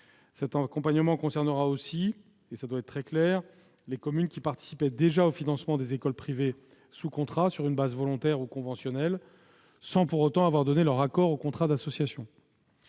Cet accompagnement concernera aussi, ce doit être très clair, les communes qui participaient déjà aux financements des écoles privées sous contrat sur une base volontaire ou conventionnelle sans pour autant avoir donné leur accord au contrat d'association.